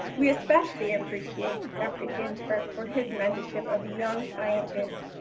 we especially appreciate dr. ginsberg for his mentorship of young scientists,